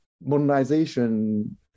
modernization